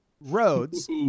Roads